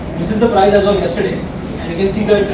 this is the price as of yesterday and you can see the